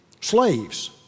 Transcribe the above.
Slaves